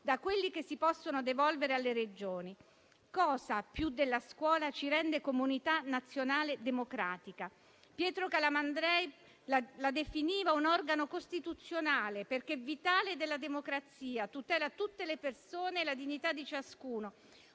da quelli che si possono devolvere alle Regioni. Cosa più della scuola ci rende comunità nazionale democratica? Pietro Calamandrei la definiva un organo costituzionale perché vitale della democrazia, tutela tutte le persone, la dignità di ciascuno;